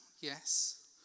yes